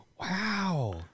Wow